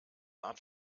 art